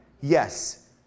Yes